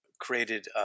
created